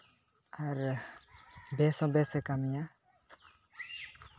ᱟᱨ ᱵᱮᱥ ᱦᱚᱸ ᱵᱮᱥ ᱠᱟᱹᱢᱤᱭᱟ